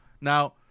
Now